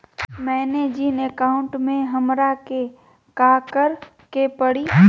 मैंने जिन अकाउंट में हमरा के काकड़ के परी?